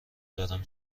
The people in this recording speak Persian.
دارم